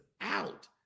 out